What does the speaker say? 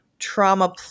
Trauma